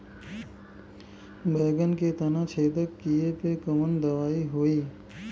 बैगन के तना छेदक कियेपे कवन दवाई होई?